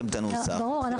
ברור.